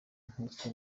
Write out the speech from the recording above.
nkuko